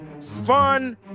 fun